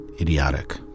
idiotic